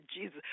Jesus